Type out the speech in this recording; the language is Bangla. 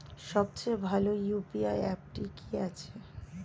সবচেয়ে ভালো ইউ.পি.আই অ্যাপটি কি আছে?